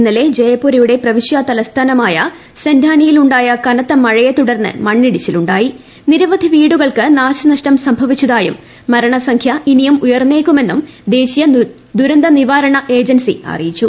ഇന്നലെ ജയപുരയുടെ പ്രവിശ്യാ തലസ്ഥാനമായ സെന്റാനിയിൽ കനത്ത മഴയെ തുടർന്ന് മണ്ണിടിച്ചിലൂണ്ട്ടിട്ട്യി് നിരവധി വീടുകൾക്ക് നാശനഷ്ടം സംഭവിച്ചതായും പ്പ് മരണസംഖ്യ ഇനിയും ഉയർന്നേക്കുമെന്നും ദേശീയി ദ്ദുരന്ത നിവാരണ ഏജൻസി അറിയിച്ചു